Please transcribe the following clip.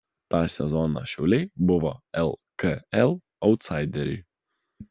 tą sezoną šiauliai buvo lkl autsaideriai